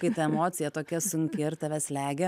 kai ta emocija tokia sunki ir tave slegia